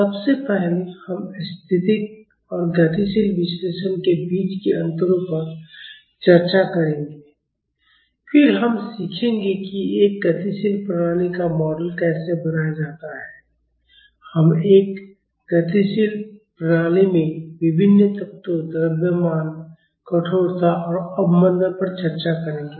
सबसे पहले हम स्थैतिक और गतिशील विश्लेषण के बीच के अंतरों पर चर्चा करेंगे फिर हम सीखेंगे कि एक गतिशील प्रणाली का मॉडल कैसे बनाया जाता है हम एक गतिशील प्रणाली में विभिन्न तत्वों द्रव्यमान कठोरता और अवमंदन पर चर्चा करेंगे